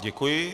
Děkuji.